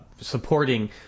supporting